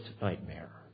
nightmare